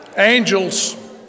angels